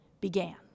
began